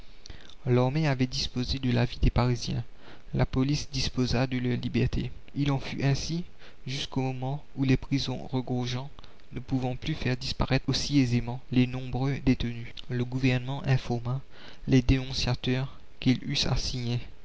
l'armée avait disposé de la vie des parisiens la police disposa de leur liberté il en fut ainsi jusqu'au moment où les prisons regorgeant ne pouvant plus faire disparaître aussi aisément les nombreux détenus le gouvernement informa les dénonciateurs qu'ils eussent à signer